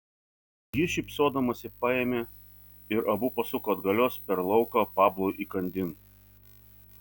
ji šypsodamasi paėmė ir abu pasuko atgalios per lauką pablui įkandin